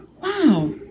wow